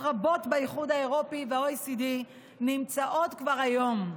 רבות באיחוד האירופי וה-OECD נמצאות כבר היום.